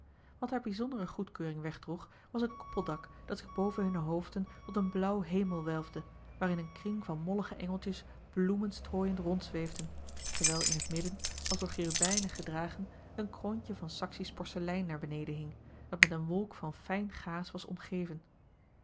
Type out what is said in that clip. wat haar bijzondere goedkeuring wegdroeg was het koepeldak dat zich boven hunne hoofden tot een blauwen hemel welfde waarin een kring van mollige engeltjes bloemen strooiend rondzweefden terwijl in het midden als door cherubijnen gedragen een kroontje van saksisch porselein naar beneden hing dat met een wolk van fijn gaas was omgeven